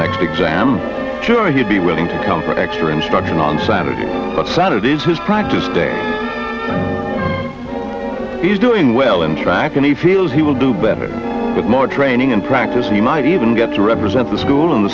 next exam sure he'd be willing to come for extra instruction on saturday than it is his practice day he's doing well in track and he feels he will do better but more training and practice he might even get to represent the school in the